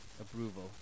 approval